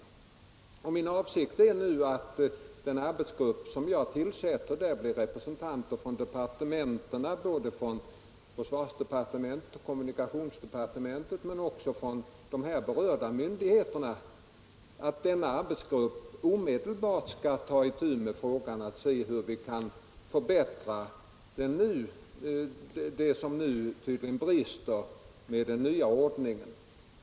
120 Min avsikt är ju att i den arbetsgrupp som jag tillsätter skall ingå representanter för både försvarsdepartementet och kommunikationsdepartementet men också för de här berörda myndigheterna och att denna arbetsgrupp omedelbart skall ta itu med frågan för att undersöka hur man skall kunna förbättra det som tydligen brister i den nya ordningen.